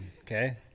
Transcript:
Okay